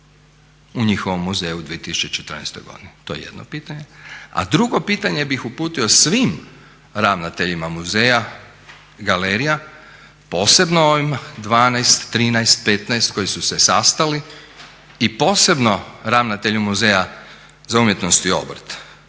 u njihovom muzeju u 2014. godini, to je jedno pitanje. A drugo pitanje bih uputio svim ravnateljima muzejima, galerija, posebno ovim 12, 13, 15 koji su se sastali i posebno ravnatelju Muzeja za umjetnost i obrt.